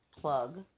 plug